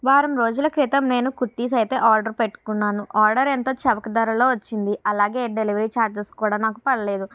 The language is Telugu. వారం రోజుల క్రితం నేను కుర్తిస్ ఆర్డర్ పెట్టుకున్నాను ఆర్డర్ ఎంత చవక ధరలో వచ్చింది అలాగే డెలివరీ చార్జెస్ కూడా నాకు పడలేదు